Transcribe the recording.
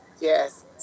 Yes